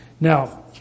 now